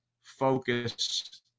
focus